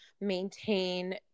maintain